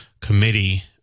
committee